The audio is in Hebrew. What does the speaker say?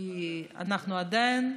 כי שוב,